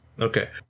Okay